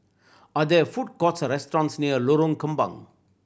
are there food courts or restaurants near Lorong Kembang